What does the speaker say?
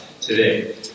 today